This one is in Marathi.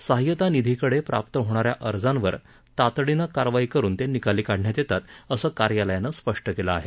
सहाय्यता निधीकडं प्राप्त होणाऱ्या अर्जावर तातडीनं कारवाई करुन ते निकाली काढण्यात येतात असं कार्यालयानं स्पष्ट केलं आहे